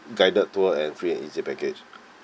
guided tour and free and easy package